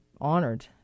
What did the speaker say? honored